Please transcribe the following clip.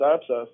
abscess